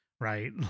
right